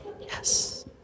Yes